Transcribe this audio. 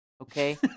Okay